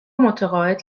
متعاقد